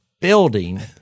building